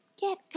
Get